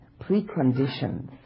preconditions